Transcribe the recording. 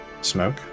smoke